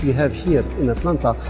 have here in atlanta,